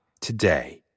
today